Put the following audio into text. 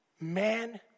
Man